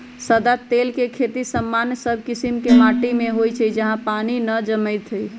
सदा तेल के खेती सामान्य सब कीशिम के माटि में होइ छइ जहा पानी न जमैत होय